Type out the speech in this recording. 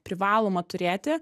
privaloma turėti